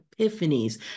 epiphanies